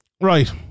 right